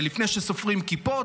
ולפני שסופרים כיפות,